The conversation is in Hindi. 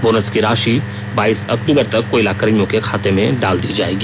बोनस की राशि बाइस अक्तबर तक कोयला कर्मियों के खाते में डाल दी जायेगी